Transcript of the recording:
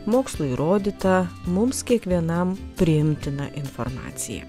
mokslo įrodytą mums kiekvienam priimtiną informaciją